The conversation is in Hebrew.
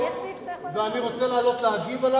ואני רוצה לעלות להגיב,